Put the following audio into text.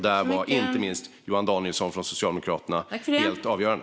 Här var inte minst socialdemokraten Johan Danielssons insats helt avgörande.